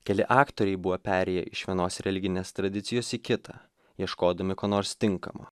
keli aktoriai buvo perėję iš vienos religinės tradicijos į kitą ieškodami ko nors tinkamo